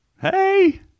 Hey